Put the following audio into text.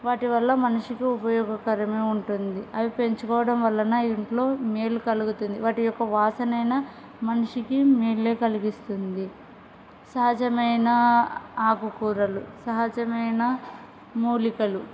వాటి వల్ల మనిషికి ఉపయోగకరం ఉంటుంది అవి పెంచుకోవడం వలన ఇంట్లో మేలు కలుగుతుంది వాటి యొక్క వాసన అయిన మనిషికి మేలు కలిగిస్తుంది సహజమైన ఆకుకూరలు సహజమైన మూలికలు